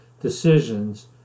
decisions